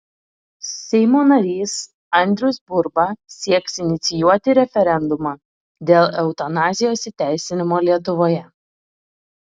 seimo narys andrius burba sieks inicijuoti referendumą dėl eutanazijos įteisinimo lietuvoje